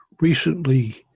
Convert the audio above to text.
recently